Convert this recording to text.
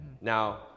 now